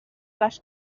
les